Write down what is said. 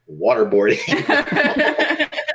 waterboarding